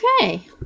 Okay